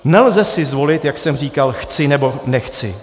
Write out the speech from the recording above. Nelze si zvolit, jak jsem říkal, chci, nebo nechci.